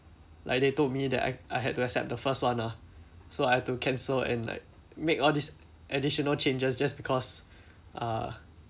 like they told me that I I had to accept the first one ah so I have to cancel and like make all these additional changes just because uh